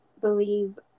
believe